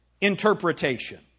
interpretation